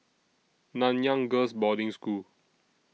Nanyang Girls' Boarding School